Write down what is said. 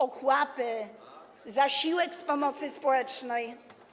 ochłapy, zasiłek z pomocy społecznej.